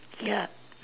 ya